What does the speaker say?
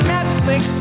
Netflix